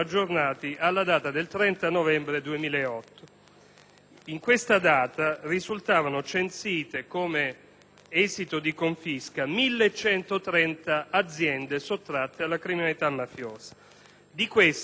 A questa data, risultavano censite, come esito di confisca, 1.130 aziende sottratte alla criminalità mafiosa. Di queste, 315 sono state liquidate;